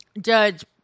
Judge